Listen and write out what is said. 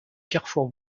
carrefours